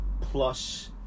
plus